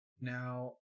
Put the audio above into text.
Now